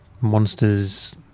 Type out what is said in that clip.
monsters